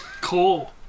cool